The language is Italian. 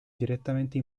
direttamente